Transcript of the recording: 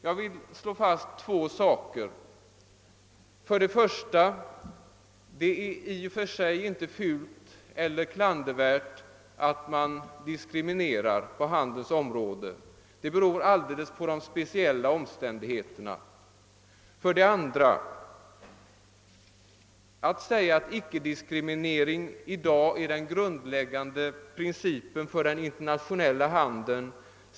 Jag vill slå fast två ting: Det är för det första i och för sig inte fult eller klandervärt att man diskriminerar på handelns område; det beror helt på de speciella omständigheterna. För det andra stämmer det illa med den faktiska verkligheten att säga att ickediskriminering i dag är den grundläggande principen för den internationella handeln.